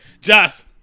Joss